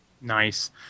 nice